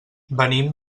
venim